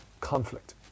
conflict